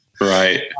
Right